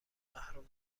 محروم